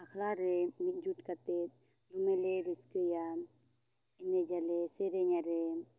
ᱟᱠᱷᱲᱟ ᱨᱮ ᱢᱤᱫ ᱡᱩᱴ ᱠᱟᱛᱮ ᱫᱚᱞᱮ ᱞᱮ ᱨᱟᱹᱥᱠᱟᱹᱭᱟ ᱮᱱᱮᱡ ᱟᱞᱮ ᱥᱮᱨᱮᱧ ᱟᱞᱮ